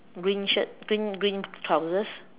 green shirt pink green trousers